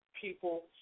people